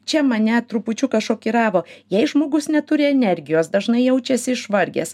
čia mane trupučiuką šokiravo jei žmogus neturi energijos dažnai jaučiasi išvargęs